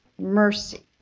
mercy